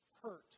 hurt